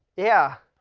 yeah.